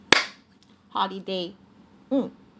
holiday mm